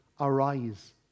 arise